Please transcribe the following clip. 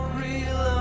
real